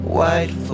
White